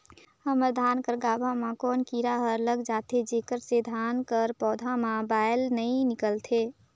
हमर धान कर गाभा म कौन कीरा हर लग जाथे जेकर से धान कर पौधा म बाएल नइ निकलथे?